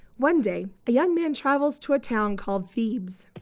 one day, a young man travels to a town called thebes.